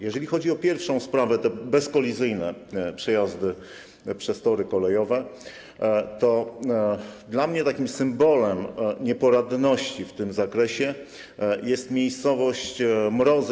Jeżeli chodzi o pierwszą sprawę, bezkolizyjne przejazdy przez tory kolejowe, to dla mnie takim symbolem nieporadności w tym zakresie jest miejscowość Mrozy.